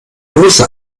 rosa